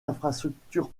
infrastructure